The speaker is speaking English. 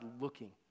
looking